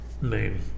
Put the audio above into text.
name